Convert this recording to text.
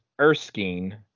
Erskine